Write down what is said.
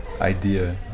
idea